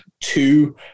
two